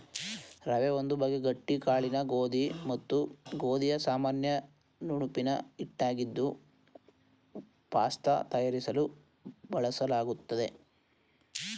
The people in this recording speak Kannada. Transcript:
ರವೆ ಒಂದು ಬಗೆ ಗಟ್ಟಿ ಕಾಳಿನ ಗೋಧಿ ಮತ್ತು ಗೋಧಿಯ ಸಾಮಾನ್ಯ ನುಣುಪಿನ ಹಿಟ್ಟಾಗಿದ್ದು ಪಾಸ್ತ ತಯಾರಿಸಲು ಬಳಲಾಗ್ತದೆ